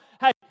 hey